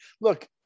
look